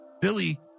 Billy